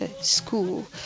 school